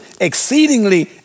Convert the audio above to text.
exceedingly